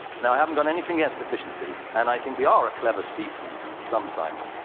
now i haven't got anything against efficiency. and i think we are a clever species sometimes.